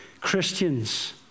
Christians